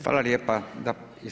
Hvala lijepa.